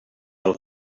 pel